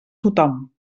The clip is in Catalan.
tothom